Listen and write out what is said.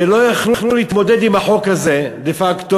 ולא יכלו להתמודד עם החוק הזה דה-פקטו,